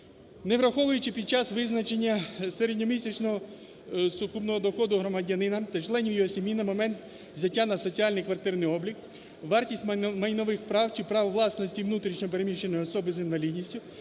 Не враховуючи під час визначення середньомісячного сукупного доходу громадянина та членів його сім'ї на момент взяття на соціальний квартирний облік, вартість майнових прав чи прав власності внутрішньо переміщеної особи з інвалідністю